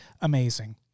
amazing